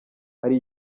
hari